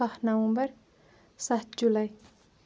کَہہ نَومبَر سَتھ جُلاے